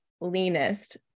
leanest